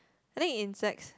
I think insects